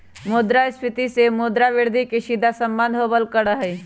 मुद्रास्फीती से मुद्रा वृद्धि के सीधा सम्बन्ध होबल करा हई